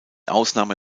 ausnahme